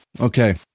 Okay